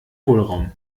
hohlraum